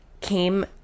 came